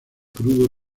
crudo